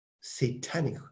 satanic